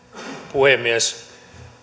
puhemies